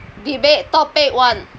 debate topic one